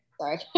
Sorry